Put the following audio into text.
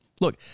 Look